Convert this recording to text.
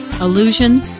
Illusion